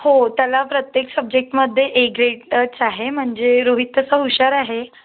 हो त्याला प्रत्येक सब्जेक्टमध्ये ए ग्रेडच आहे म्हणजे रोहित तसा हुशार आहे